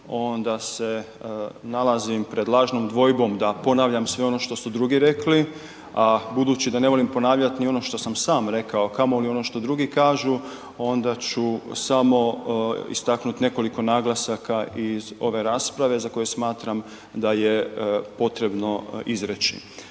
onda se nalazim pred lažnom dvojbom da ponavljam sve ono što su drugi rekli, a budući da ne volim ponavljati ni ono što sam sam rekao, a kamoli ono što drugi kažu onda ću samo istaknuti nekoliko naglasaka iz ove rasprave za koju smatram da je potrebno izreći.